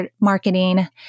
marketing